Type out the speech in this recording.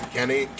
Kenny